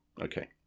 Okay